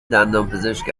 دندانپزشک